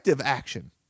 action